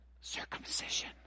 Circumcision